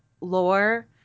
lore